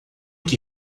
que